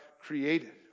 created